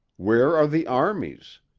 where are the armies?